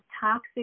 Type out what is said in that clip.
toxic